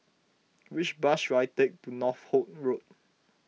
which bus should I take to Northolt Road